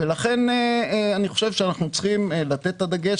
לכן אני חושב שאנחנו צריכים לתת את הדגש